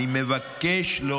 אני הבנתי אותך,